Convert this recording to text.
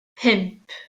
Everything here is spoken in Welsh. pump